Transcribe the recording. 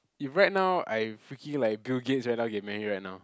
if right now I freaking like Bill-Gates right now I get married right now